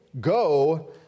go